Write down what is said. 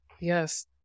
Yes